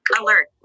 Alert